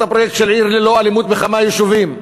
הפרויקט של "עיר ללא אלימות" בכמה יישובים.